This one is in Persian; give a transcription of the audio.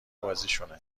بازیشونه